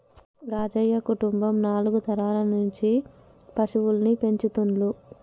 రాజయ్య కుటుంబం నాలుగు తరాల నుంచి పశువుల్ని పెంచుతుండ్లు